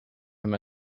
him